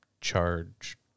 charge